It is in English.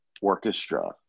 orchestra